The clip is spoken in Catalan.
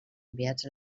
enviats